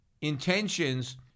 intentions